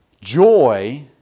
Joy